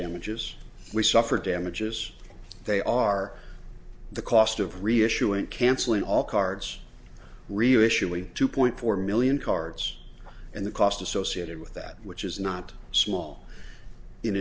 damages we suffer damages they are the cost of reissuing cancelling all cards reissuing two point four million cards and the cost associated with that which is not small in